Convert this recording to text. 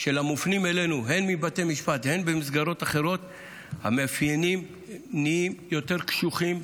של המופנים אלינו הן מבתי משפט והן במסגרות אחרות נהיים יותר קשוחים,